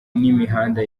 imihanda